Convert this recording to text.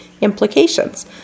implications